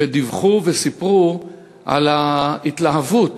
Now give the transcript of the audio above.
שדיווחו וסיפרו על ההתלהבות